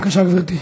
בבקשה, גברתי.